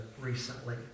recently